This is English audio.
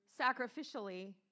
sacrificially